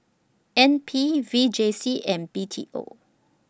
N P V J C and B T O